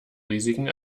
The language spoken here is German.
risiken